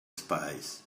spies